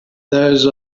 those